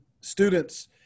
students